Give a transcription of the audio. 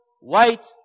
white